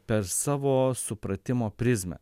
per savo supratimo prizmę